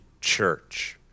church